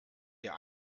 der